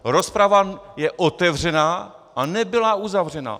Rozprava je otevřena a nebyla uzavřena.